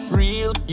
real